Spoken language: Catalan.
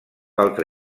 altre